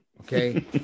Okay